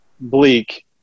bleak